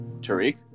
Tariq